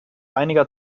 einiger